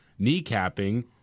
kneecapping